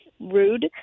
rude